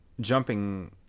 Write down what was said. jumping